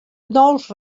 nous